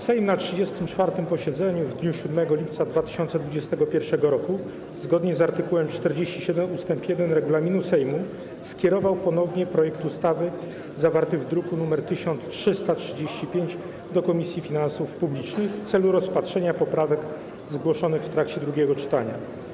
Sejm na 34. posiedzeniu w dniu 7 lipca 2021 r. zgodnie z art. 47 ust. 1 regulaminu Sejmu skierował ponownie projekt ustawy zawarty w druku nr 1335 do Komisji Finansów Publicznych w celu rozpatrzenia poprawek zgłoszonych w trakcie drugiego czytania.